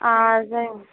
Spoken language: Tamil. ஆ அது